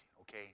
Okay